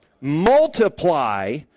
Multiply